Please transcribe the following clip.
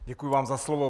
Děkuji vám za slovo.